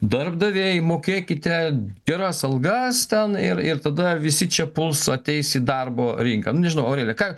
darbdaviai mokėkite geras algas ten ir ir tada visi čia puls ateis į darbo rinką nu nežinau aurelija ką